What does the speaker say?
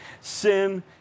sin